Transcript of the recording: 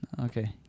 Okay